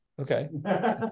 Okay